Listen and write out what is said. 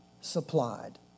supplied